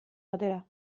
batera